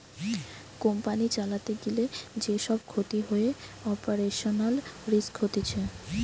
company চালাতে গিলে যে সব ক্ষতি হয়ে অপারেশনাল রিস্ক হতিছে